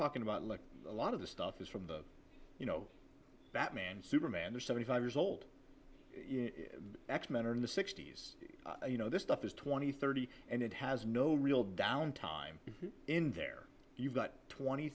talking about like a lot of the stuff is from the you know batman superman or seventy five years old x men or in the sixty's you know this stuff is twenty thirty and it has no real down time in there you've got twenty